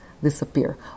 disappear